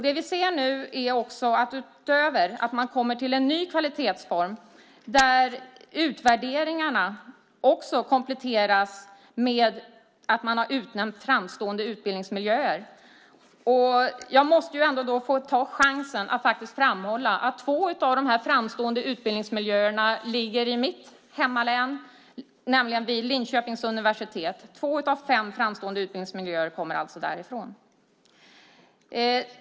Det vi ser nu är också att man kommer med en ny kvalitetsform där utvärderingarna kompletteras med att man utnämner framstående utbildningsmiljöer. Jag måste då ta chansen att faktiskt framhålla att två av de här framstående utbildningsmiljöerna finns i mitt hemlän, nämligen vid Linköpings universitet. Två av fem framstående utbildningsmiljöer finns alltså där.